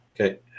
Okay